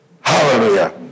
Hallelujah